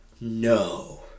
no